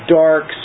dark